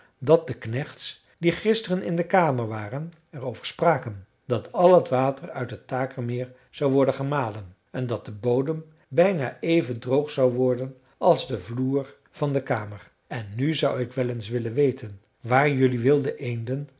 dat de knechts die gisteren in de kamer waren er over spraken dat al het water uit het takermeer zou worden gemalen en dat de bodem bijna even droog zou worden als de vloer van de kamer en nu zou ik wel eens willen weten waar jelui wilde eenden